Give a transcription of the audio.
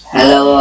Hello